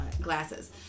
glasses